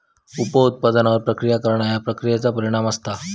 उप उत्पादनांवर प्रक्रिया करणा ह्या प्रक्रियेचा परिणाम असता